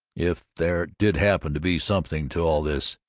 if there did happen to be something to all this,